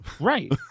Right